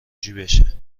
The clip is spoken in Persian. جیبشه